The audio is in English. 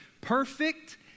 perfect